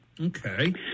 Okay